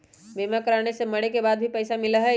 बीमा कराने से मरे के बाद भी पईसा मिलहई?